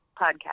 podcast